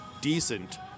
decent